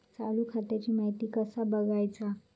चालू खात्याची माहिती कसा बगायचा?